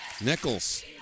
Nichols